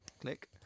click